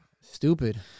stupid